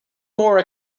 more